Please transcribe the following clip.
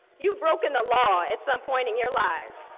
you've broken the law at some point in your life.